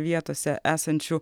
vietose esančių